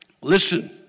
Listen